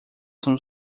são